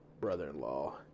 brother-in-law